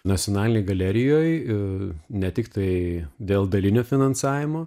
nacionalinėj galerijoj ne tik tai dėl dalinio finansavimo